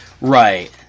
Right